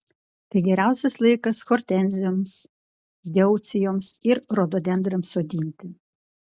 tai geriausias laikas hortenzijoms deucijoms ir rododendrams sodinti